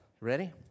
Ready